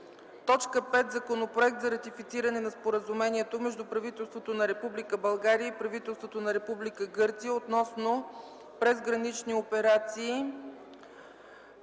5. Законопроект за ратифициране на Споразумението между правителството на Република България и правителството на Република Гърция относно презгранични операции